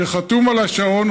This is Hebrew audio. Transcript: שחתום על השעון,